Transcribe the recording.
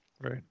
Right